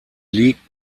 liegt